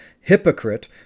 hypocrite